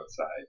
outside